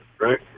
right